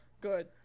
Good